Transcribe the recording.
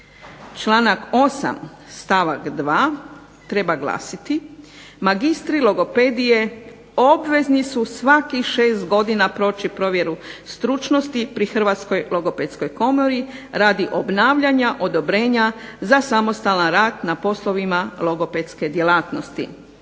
Članak 8. stavak 2. treba glasiti, magistri logopedije obvezni su svakih 6 godina proći provjeru stručnosti pri Hrvatskoj logopedskoj komori radi obnavljanja odobrenja za samostalan rad na poslovima logopedske djelatnosti.